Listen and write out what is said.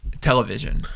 television